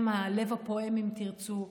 הם הלב הפועם, אם תרצו,